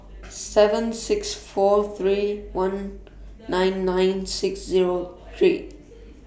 seven six four three one nine nine six Zero three